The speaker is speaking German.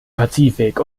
pazifik